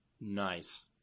nice